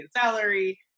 salary